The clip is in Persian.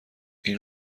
این